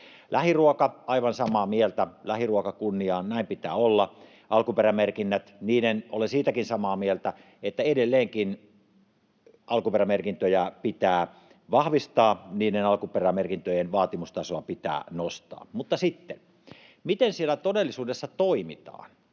Lähiruoka: Aivan samaa mieltä, lähiruoka kunniaan. Näin pitää olla. Alkuperämerkinnät: olen siitäkin samaa mieltä, että edelleenkin alkuperämerkintöjä pitää vahvistaa, alkuperämerkintöjen vaatimustasoa pitää nostaa. Miten sitten siellä todellisuudessa toimitaan,